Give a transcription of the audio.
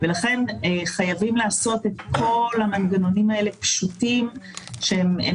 לכן חייבים לעשות את כל המנגנונים האלה פשוטים כשהן